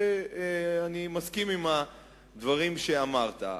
ואני מסכים עם הדברים שאמרת.